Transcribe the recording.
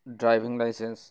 driving license